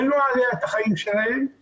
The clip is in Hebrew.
בנו עליה את החיים שלהם,